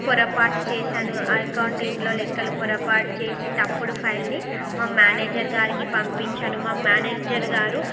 పొరపాటు చేశాను అకౌంటింగ్లో లెక్కలు పొరపాటు చేసి తప్పుడు ఫైల్ని మా మేనేజర్ గారికి పంపించాను మా మేనేజర్ గారు